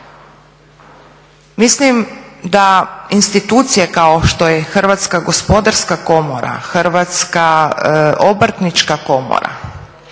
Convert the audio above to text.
Mislim da institucije kao što je Hrvatska gospodarska komora, Hrvatska obrtnička komora